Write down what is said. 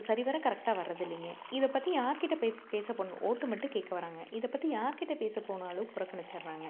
சரிவர கரெக்டாக வர்றதில்லைங்க இதைப் பற்றி யார் கிட்ட போய் பேசப் போன் ஓட்டு மட்டும் கேட்க வர்றாங்க இதைப் பற்றி யார் கிட்ட பேசப் போனாலும் புறக்கணிச்சடுறாங்க